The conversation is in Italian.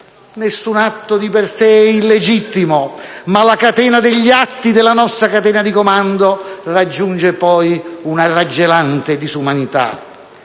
Nessun atto di per sé è illegittimo, ma la catena degli atti della nostra catena di comando raggiunge poi una raggelante disumanità.